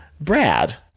Brad